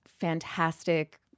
fantastic